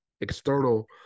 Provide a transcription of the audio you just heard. external